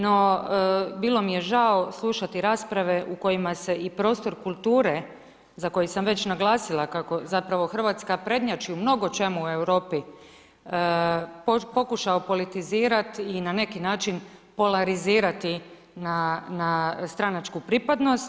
No, bilo mi je žao slušati rasprave u kojima se i prostor kulture za koji sam već naglasila, kako zapravo Hrvatska prednjači u mnogo čemu u Europi, pokušao politizirat i na neki način polarizirati na stranačku pripadnost.